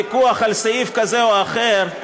ויכוח על סעיף כזה או אחר,